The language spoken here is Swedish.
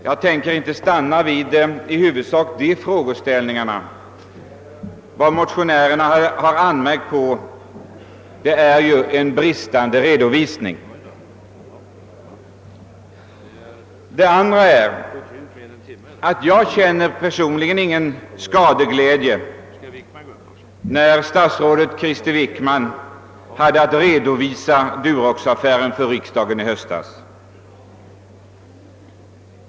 Jag tänker inte stanna vid de frågeställningar som då togs upp; vad motionärerna har anmärkt på är ju bristande redovisning. Det andra är att jag personligen inte kände någon skadeglädje, när statsrådet Krister Wickman hade att redovisa Duroxaffären för riksdagen i höstas.